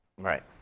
Right